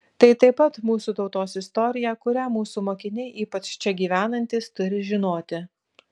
tai taip pat mūsų tautos istorija kurią mūsų mokiniai ypač čia gyvenantys turi žinoti